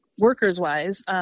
workers-wise